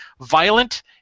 violent